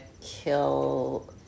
kill